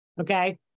okay